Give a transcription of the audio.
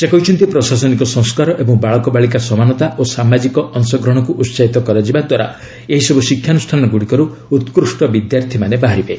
ସେ କହିଛନ୍ତି ପ୍ରଶାସନିକ ସଂସ୍କାର ଏବଂ ବାଳକବାଳିକା ସମାନତା ଓ ସାମାଜିକ ଅଂଶଗ୍ରହଣକୁ ଉତ୍ସାହିତ କରାଯିବା ଦ୍ୱାରା ଏହିସବୁ ଶିକ୍ଷାନୁଷ୍ଠାନଗୁଡ଼ିକରୁ ଉତ୍କୃଷ୍ଟ ବିଦ୍ୟାର୍ଥୀମାନେ ବାହାରିବେ